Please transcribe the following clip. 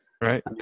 Right